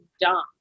dumb